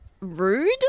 rude